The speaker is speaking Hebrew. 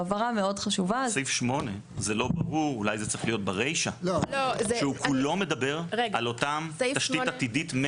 סעיף (8) כולו מדבר על אותה תשתית עתידית.